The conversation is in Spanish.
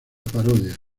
parodia